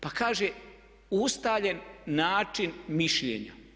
Pa kaže ustaljen način mišljenja.